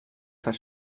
fer